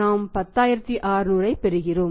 நாம் 10600 ஐப் பெறுகிறோம்